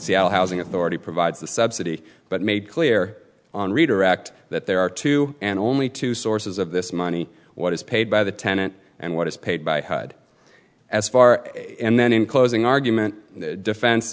seattle housing authority provides the subsidy but made clear on redirect that there are two and only two sources of this money what is paid by the tenant and what is paid by hud as far and then in closing argument defen